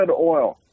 oil